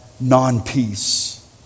non-peace